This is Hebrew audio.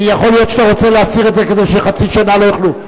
כי יכול להיות שאתה רוצה להסיר את זה כדי שחצי שנה לא יוכלו.